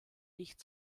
nicht